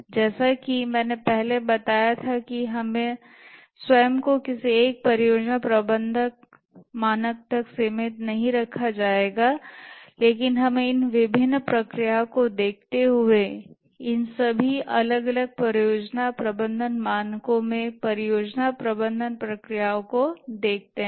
जैसा कि मैंने पहले बताया था कि हमें स्वयं को किसी एक परियोजना प्रबंधन मानक तक सीमित नहीं रखा जाएगा लेकिन हम इन विभिन्न प्रक्रियाओं को देखते हुए इन सभी अलग अलग परियोजना प्रबंधन मानकों में परियोजना प्रबंधन प्रक्रियाओं को देखते हैं